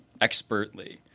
expertly